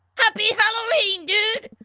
happy halloween dude!